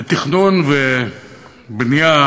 לתכנון ובנייה